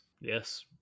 yes